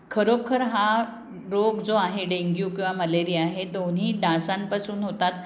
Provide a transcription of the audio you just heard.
खरोखर हा रोग जो आहे डेंग्यू किंवा मलेरिया हे दोन्ही डासांपासून होतात